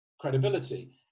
credibility